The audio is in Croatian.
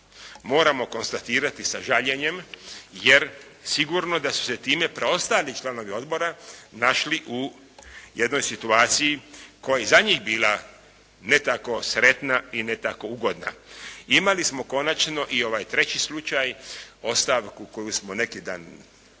moramo konstatirati sa žaljenjem jer sigurno da su se time preostali članovi odbora našli u jednoj situaciji koja je i za njih bila ne tako sretna i ne tako ugodna. Imali smo konačno i ovaj treći slučaj, ostavku koju smo neki dan prihvatili.